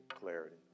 clarity